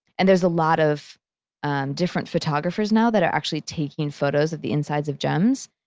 and there's a lot of different photographers now that are actually taking photos of the insides of gems.